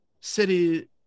city